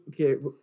Okay